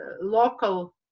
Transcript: local